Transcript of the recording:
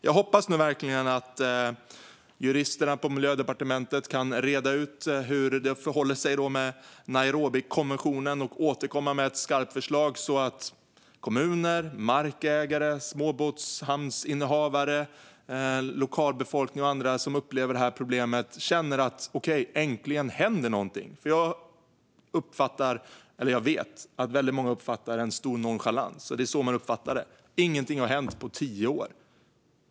Jag hoppas verkligen att juristerna på Miljödepartementet kan reda ut hur det förhåller sig med Nairobikonventionen och återkomma med ett skarpt förslag så att kommuner, markägare, småbåtshamnsinnehavare, lokalbefolkning och andra som upplever det här problemet känner att det äntligen händer någonting. Jag vet nämligen att väldigt många uppfattar en stor nonchalans. Ingenting har hänt på tio år.